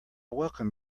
welcome